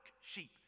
sheep